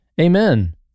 amen